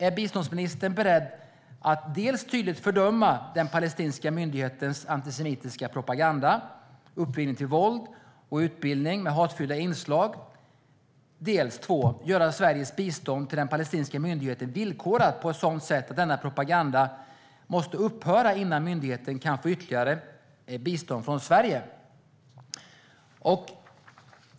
Är biståndsministern beredd att dels tydligt fördöma den palestinska myndighetens antisemitiska propaganda, uppvigling till våld och utbildning med hatfyllda inslag, dels villkora Sveriges bistånd till den palestinska myndigheten på ett sådant sätt att denna propaganda måste upphöra innan myndigheten kan få ytterligare bistånd från Sverige?